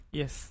yes